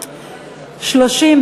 21,